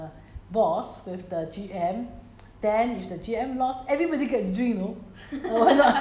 then err if if they had that that happened to be with the boss with the G_M